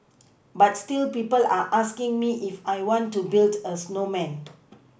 but still people are asking me if I want to build a snowman